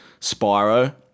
spyro